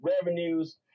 revenues